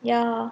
ya